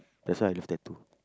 that's why I love tattoo